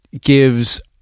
gives